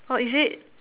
orh is it